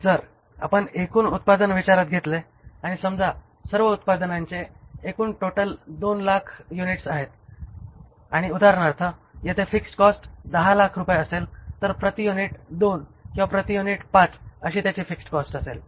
जर आपण एकूण उत्पादन विचारात घेतले आणि समजा सर्व उत्पादनांचे एकूण टोटल 200000 युनिट्स आहेत आणि उदाहरणार्थ येथे फिक्स्ड कॉस्ट 1000000 रूपये असेल तर प्रति युनिट 2 किंवा प्रति युनिट 5 अशी त्याची फिक्स्ड कॉस्ट असेल